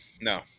no